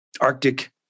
Arctic